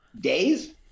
days